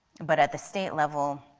but at the state level,